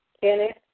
Kenneth